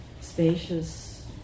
spacious